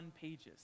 pages